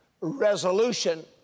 resolution